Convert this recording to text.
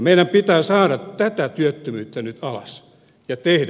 meidän pitää saada tätä työttömyyttä nyt alas